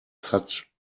such